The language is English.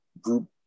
group